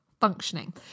functioning